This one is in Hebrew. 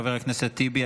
חבר הכנסת טיבי,